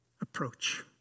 approach